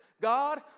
God